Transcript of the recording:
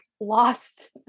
lost